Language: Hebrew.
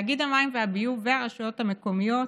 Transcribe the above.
תאגיד המים והביוב והרשויות המקומיות,